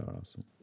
awesome